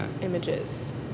images